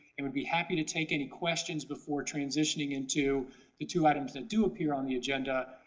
and would be happy to take any questions before transitioning into the two items that do appear on the agenda,